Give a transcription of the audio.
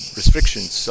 restrictions